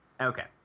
Okay